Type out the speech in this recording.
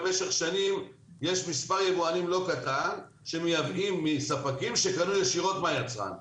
במשך שנים יש מספר יבואנים לא קטן שמייבא מספקים שקנו ישירות מהיצרן.